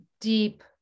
deep